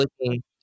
looking